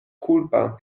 kulpa